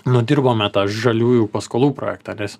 nudirbome tą žaliųjų paskolų projektą nes